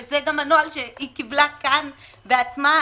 זה נוהל שהיא קיבלה כאן בעצמה,